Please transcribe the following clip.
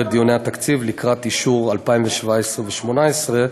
הדיונים לקראת אישור התקציב ל-2017 ו-2018.